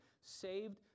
saved